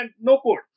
no-code